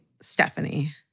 Stephanie